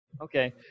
Okay